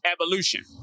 evolution